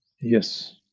Yes